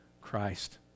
Christ